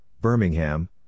Birmingham